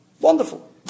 Wonderful